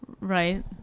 Right